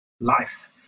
life